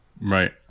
right